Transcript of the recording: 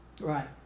Right